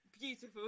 beautiful